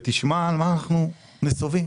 ותשמע על מה אנחנו נסובים,